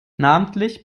namentlich